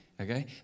okay